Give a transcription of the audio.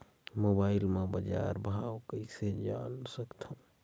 Mobile म बजार भाव कइसे जान सकथव?